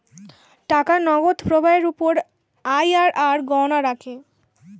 টাকার নগদ প্রবাহের উপর আইআরআর গণনা রাখে